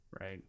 right